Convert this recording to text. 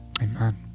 Amen